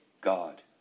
God